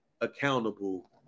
accountable